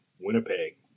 Winnipeg